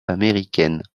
américaines